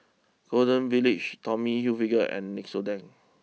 Golden Village Tommy Hilfiger and Nixoderm